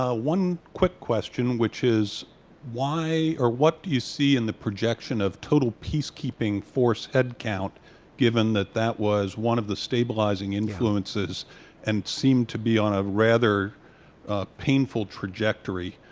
ah one quick question which is why or what do you see in the projection of total peace keeping force head count given that that was one of the stabilizing influences and seemed to be on a rather painful trajectory.